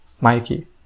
Mikey